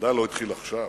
בוודאי לא התחיל עכשיו.